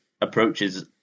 approaches